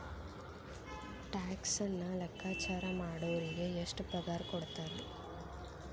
ಟ್ಯಾಕ್ಸನ್ನ ಲೆಕ್ಕಾಚಾರಾ ಮಾಡೊರಿಗೆ ಎಷ್ಟ್ ಪಗಾರಕೊಡ್ತಾರ??